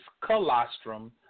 colostrum